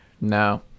no